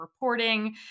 reporting